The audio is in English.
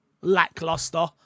lackluster